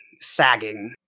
sagging